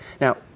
Now